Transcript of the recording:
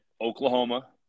Oklahoma